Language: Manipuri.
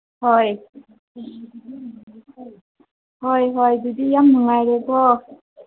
ꯍꯣꯏ ꯍꯣꯏ ꯍꯣꯏ ꯑꯗꯨꯗꯤ ꯌꯥꯝ ꯅꯨꯡꯉꯥꯏꯔꯦꯀꯣ